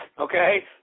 okay